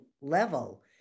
level